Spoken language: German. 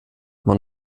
man